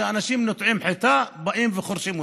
כשאנשים נוטעים חיטה באים וחורשים אותה.